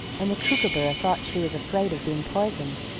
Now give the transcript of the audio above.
and the kookooburra thought she was afraid of being poisoned.